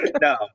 No